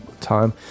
time